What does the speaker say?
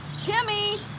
Timmy